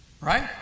right